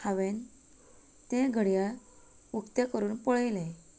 हांवेन ते घडयाळ उक्तें करून पळयलें